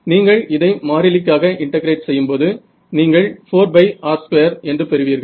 நீங்கள் இதை மாறிலிக்காக இன்டெகிரேட் செய்யும்போது நீங்கள் 4πr2 என்று பெறுவீர்கள்